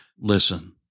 Listen